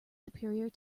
superior